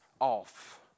off